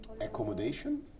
Accommodation